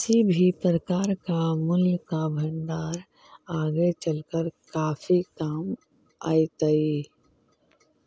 किसी भी प्रकार का मूल्य का भंडार आगे चलकर काफी काम आईतई